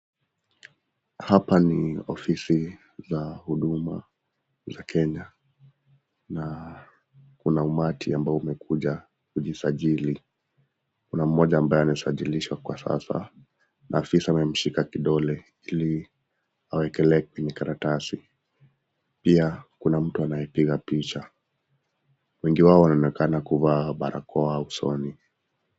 Hapa ni ofisi za huduma za Kenya na kuna umati ambao umekuja kujisajili. Kuna mmoja ambaye anasajilishwa kwa sasa na afisa amemshika kidole ili awekelee kwenye karatasi. Pia, kuna mtu anayepiga picha. Wengi wao wanaonekana kuvaa barakoa usoni.